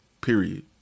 Period